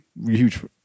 huge